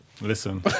Listen